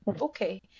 Okay